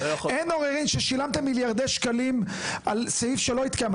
אין עוררין ששילמתם מיליארדי שקלים על סעיף שלא התקיים.